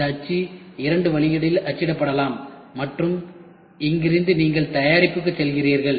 இந்த அச்சு இரண்டு வழிகளில் அச்சிடப்படலாம் மற்றும் இங்கிருந்து நீங்கள் தயாரிப்புக்கு செல்கிறீர்கள்